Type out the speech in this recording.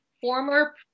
former